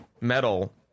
metal